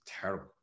terrible